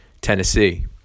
Tennessee